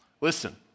Listen